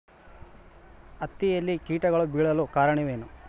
ಹತ್ತಿಯಲ್ಲಿ ಕೇಟಗಳು ಬೇಳಲು ಕಾರಣವೇನು?